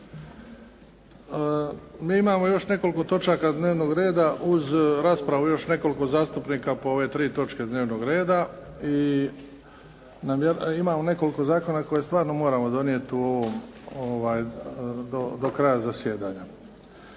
Mi imamo još nekoliko točaka dnevnog reda uz raspravu još nekoliko zastupnika po ove tri točke dnevnog reda i imamo nekoliko zakona koje stvarno moramo donijeti do kraja zasjedanja.